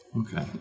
Okay